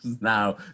now